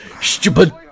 Stupid